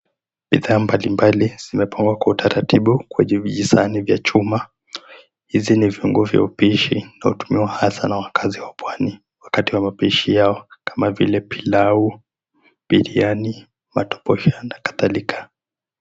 Bidhaa mbalimbali zimepangwa kwa utaratibu kwa ajili ya vijisani vya chuma. Hizi ni viungo vya upishi vinavyotumwa hasa na wakazi wa Pwani wakati wa mapishi yao kama vile pilau, biriani, matobosha na kadhalika.